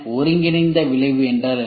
ஒருங்கிணைந்த விளைவு என்றால் என்ன